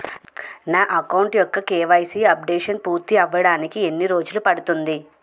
నా అకౌంట్ యెక్క KYC updation పూర్తి అవ్వడానికి ఎన్ని రోజులు పడుతుంది?